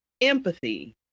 empathy